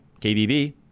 KBB